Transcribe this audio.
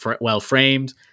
well-framed